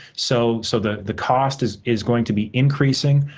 so so the the cost is is going to be increasing.